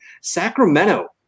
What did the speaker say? Sacramento